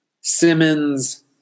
Simmons